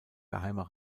geheimer